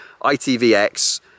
itvx